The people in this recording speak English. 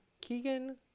Keegan